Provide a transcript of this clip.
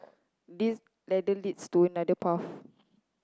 this ladder leads to another path